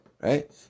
right